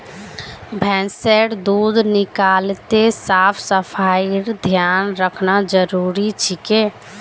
भैंसेर दूध निकलाते साफ सफाईर ध्यान रखना जरूरी छिके